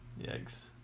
Yikes